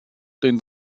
den